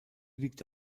liegt